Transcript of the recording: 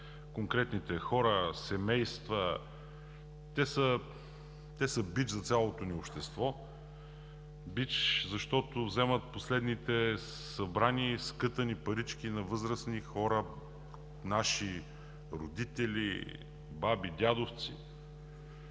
конкретните хора, семейства, те са бич за цялото ни общество. Бич, защото вземат последните събрани и скътани парички на възрастни хора – наши родители, баби, дядовци.